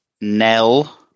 Nell